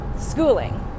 schooling